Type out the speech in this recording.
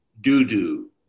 doo-doo